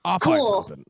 Cool